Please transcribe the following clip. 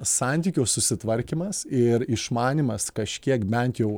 santykių susitvarkymas ir išmanymas kažkiek bent jau